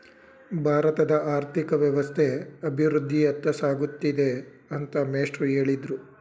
ಭಾರತದ ಆರ್ಥಿಕ ವ್ಯವಸ್ಥೆ ಅಭಿವೃದ್ಧಿಯತ್ತ ಸಾಗುತ್ತಿದೆ ಅಂತ ಮೇಷ್ಟ್ರು ಹೇಳಿದ್ರು